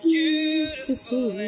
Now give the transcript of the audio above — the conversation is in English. Beautiful